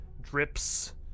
drips